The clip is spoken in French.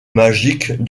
magic